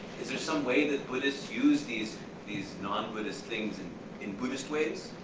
is there some way that buddhists use these these non-buddhist things and in buddhist ways?